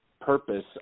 purpose